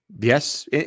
Yes